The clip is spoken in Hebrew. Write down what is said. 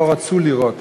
לא רצו לראות,